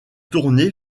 tournée